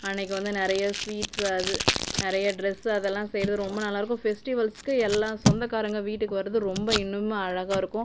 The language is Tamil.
அன்னைக்கி வந்து நிறைய ஸ்வீட்ஸ் அது நிறைய ட்ரெஸ் அதெலாம் செய்யறது ரொம்ப நல்லாருக்கும் ஃபெஸ்ட்டிவல்ஸ்க்கு எல்லா சொந்தக்காறங்க வீட்டுக்கு வரது ரொம்ப இன்னுமே அழகாக இருக்கும்